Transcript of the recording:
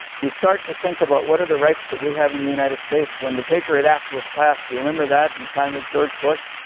we start to think about what are the rights that we have in the united state, when the patriot act was passed, you remember that, in time of george bush.